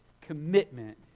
commitment